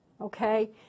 Okay